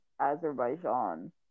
Azerbaijan